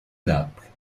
naples